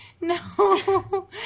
No